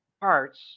parts